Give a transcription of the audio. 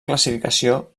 classificació